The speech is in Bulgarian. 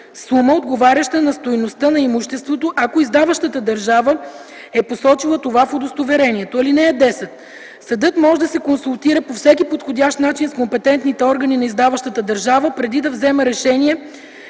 сума, отговаряща на стойността на имуществото, ако издаващата държава е посочила това в удостоверението. (10) Съдът може да се консултира по всеки подходящ начин с компетентните органи на издаващата държава, преди да вземе решение